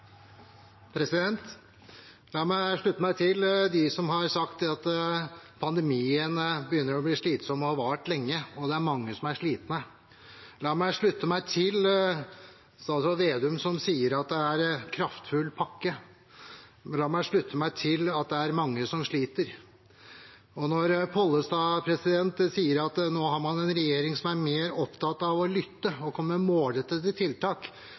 La meg slutte meg til dem som har sagt at pandemien begynner å bli slitsom, har vart lenge, og at det er mange som er slitne. La meg slutte meg til statsråd Vedum, som sier at det er en kraftfull pakke. La meg slutte meg til at det er mange som sliter. Når Pollestad sier at man nå har en regjering som er mer opptatt av å lytte og komme med målrettede tiltak, kan man stille seg spørsmålet om det er bevisst målrettede tiltak.